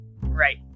Right